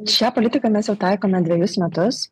šią politiką mes jau taikome dvejus metus